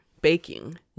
baking